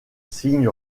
signe